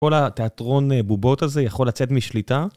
כל התיאטרון בובות הזה יכול לצאת משליטה.